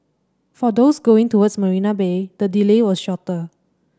for those going towards Marina Bay the delay was shorter